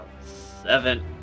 Seven